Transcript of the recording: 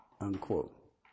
unquote